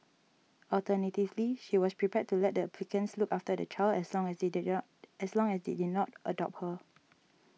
alternatively she was prepared to let the applicants look after the child as long as they did not as long as they did not adopt her